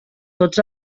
tots